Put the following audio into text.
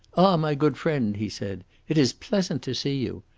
ah, my good friend, he said, it is pleasant to see you.